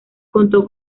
contó